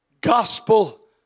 gospel